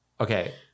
Okay